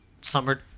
summer